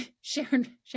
Sharon